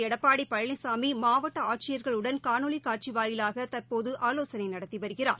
எடப்பாடி பழனிசாமி மாவட்ட ஆட்சியர்களுடன் காணொலிக் காட்சி வாயிலாக தற்போது ஆலோசனை நடத்தி வருகிறார்